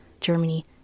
Germany